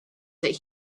that